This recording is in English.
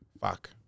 Fuck